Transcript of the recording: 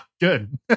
Good